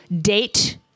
date